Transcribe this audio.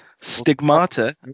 Stigmata